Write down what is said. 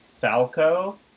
Falco